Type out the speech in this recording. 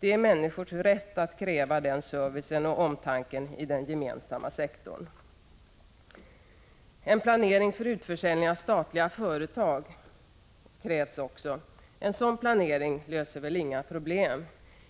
Det är människors rätt att kräva den servicen och omtanken i den gemensamma sektorn. En planering för utförsäljning av statliga företag krävs också. En sådan planering löser väl inga problem.